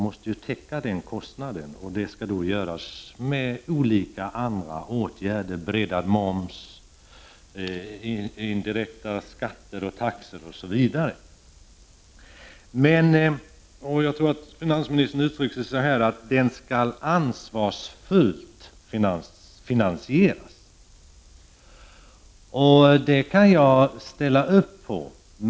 Det skall ske med andra åtgärder: breddad moms, indirekta skatter och taxor osv. Finansministern sade något i stil med att den skall finansieras på ett ansvarsfullt sätt. Det kan jag ställa upp på.